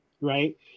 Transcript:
right